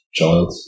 child